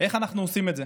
איך אנחנו עושים את זה.